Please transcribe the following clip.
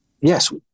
Yes